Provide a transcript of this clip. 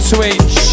Twitch